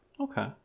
Okay